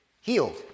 healed